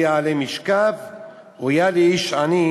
או יעלה משכב / אויה לאיש עני,